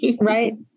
Right